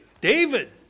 David